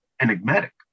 enigmatic